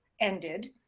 ended